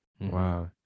wow